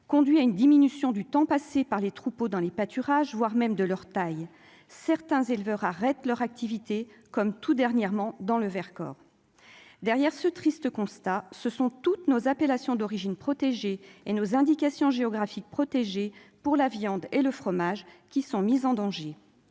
conduit à une diminution du temps passé par les troupeaux dans les pâturages, voire même de leur taille, certains éleveurs arrêtent leur activité comme tout dernièrement dans le Vercors, derrière ce triste constat, ce sont toutes nos appellations d'origine protégée et nos indications géographiques protégées pour la viande et le fromage qui sont mises en danger